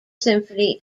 symphony